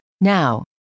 Now